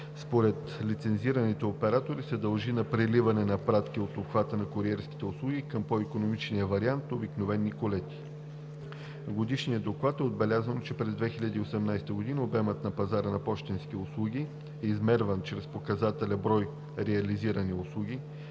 според лицензираните оператори се дължи на преливане на пратки от обхвата на куриерските услуги към по-икономичния вариант – обикновени колети. В Годишния доклад е отбелязано, че през 2018 г. обемът на пазара на пощенски услуги, измерен чрез показателя „брой реализирани услуги“,